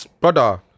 Brother